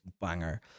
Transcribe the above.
banger